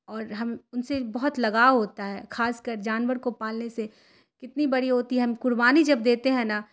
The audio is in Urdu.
اور ہم ان سے بہت لگاؤ ہوتا ہے خاص کر جانور کو پالنے سے کتنی بڑی ہوتی ہے ہم قربانی جب دیتے ہیں نا